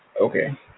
Okay